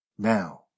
Now